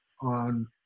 on